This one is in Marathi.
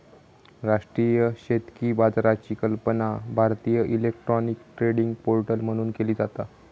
राष्ट्रीय शेतकी बाजाराची कल्पना भारतीय इलेक्ट्रॉनिक ट्रेडिंग पोर्टल म्हणून केली जाता